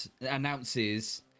announces